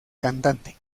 cantante